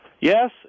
Yes